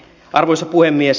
arvoisa puhemies